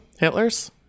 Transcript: Hitlers